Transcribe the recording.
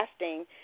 lasting